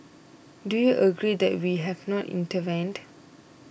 do you regret that we have not intervened